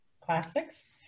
Classics